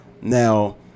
Now